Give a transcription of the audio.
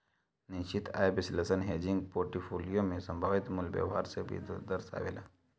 निश्चित आय विश्लेषण हेजिंग पोर्टफोलियो में संभावित मूल्य व्यवहार के भी दर्शावेला